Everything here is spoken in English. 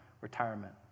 retirement